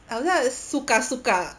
好像 uh suka suka